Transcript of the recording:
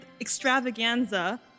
Extravaganza